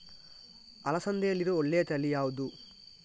ಅಲಸಂದೆಯಲ್ಲಿರುವ ಒಳ್ಳೆಯ ತಳಿ ಯಾವ್ದು?